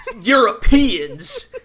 Europeans